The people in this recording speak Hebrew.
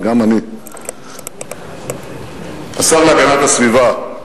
עם השר להגנת הסביבה,